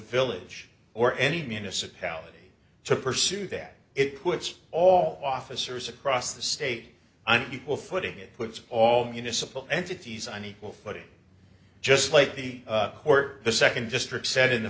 village or any municipality to pursue that it puts all officers across the state an equal footing it puts all municipal entities on equal footing just like the court the second district said in the